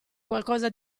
qualcosa